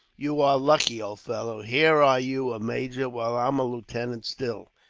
you are lucky, old fellow. here are you a major, while i'm a lieutenant, still.